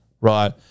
right